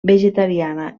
vegetariana